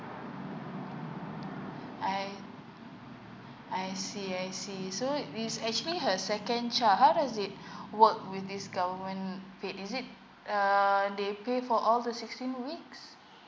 I I see I see so it's actually her second child how does it work with this government paid is it uh they pay for all the sixteen weeks